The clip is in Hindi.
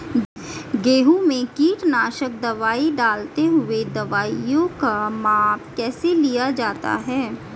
गेहूँ में कीटनाशक दवाई डालते हुऐ दवाईयों का माप कैसे लिया जाता है?